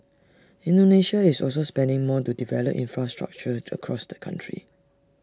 Indonesia is also spending more to develop infrastructure across the country